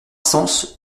sens